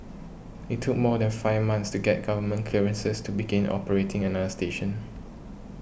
it took more than five months to get government clearances to begin operating another station